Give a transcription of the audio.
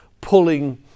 pulling